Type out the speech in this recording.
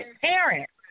parents